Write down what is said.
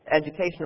educational